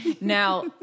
Now